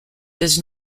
does